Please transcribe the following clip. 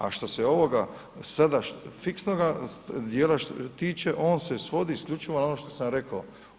A što se ovoga sada fiksnoga dijela tiče, on se svodi isključivo na ono što sam rekao.